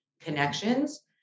connections